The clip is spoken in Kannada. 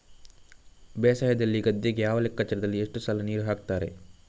ಬೇಸಾಯದಲ್ಲಿ ಗದ್ದೆಗೆ ಯಾವ ಲೆಕ್ಕಾಚಾರದಲ್ಲಿ ಎಷ್ಟು ಸಲ ನೀರು ಹಾಕ್ತರೆ?